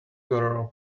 girl